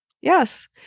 Yes